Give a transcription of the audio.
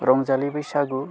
रंजालि बैसागु